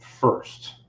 first